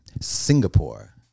Singapore